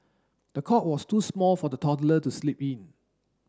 the cot was too small for the toddler to sleep in